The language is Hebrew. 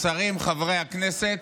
השרים, חברי הכנסת,